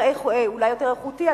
אולי יותר איכותי.